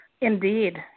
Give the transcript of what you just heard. Indeed